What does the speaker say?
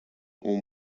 اون